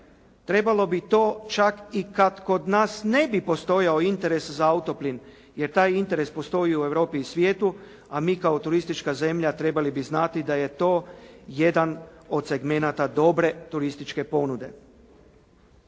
Trebalo bi to čak i kad kod nas ne bi postojao interes za auto plin, jer taj interes postoji u Europi i svijetu, a mi kao turistička zemlja trebali bi znati da je to jedan od segmenata dobre turističke ponude.